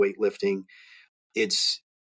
weightlifting—it's